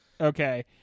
Okay